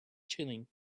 chilling